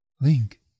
Link